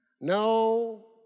No